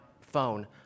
phone